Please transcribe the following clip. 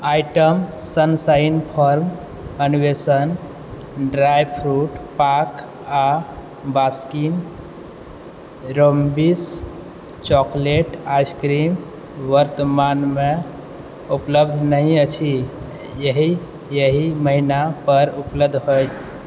item Sunshine farm अन्वेषण dry fruit पाक आ बास्किन रोब्बिंस चॉकलेट आइसक्रीम वर्तमानमे उपलब्ध नहि अछि एहि एहि महीना पर उपलब्ध होएत